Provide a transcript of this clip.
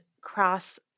cross